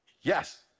Yes